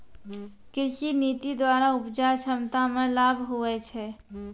कृषि नीति द्वरा उपजा क्षमता मे लाभ हुवै छै